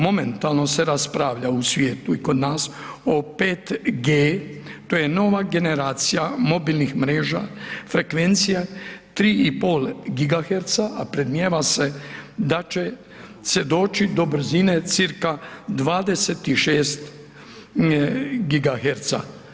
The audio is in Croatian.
Momentalno se raspravlja u svijetu i kod nas o 5G to je nova generacija mobilnih mreža frekvencija 3,5 gigaherca, a predmnijeva se da će se doći do brzine cca 26 gigaherca.